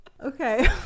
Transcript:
Okay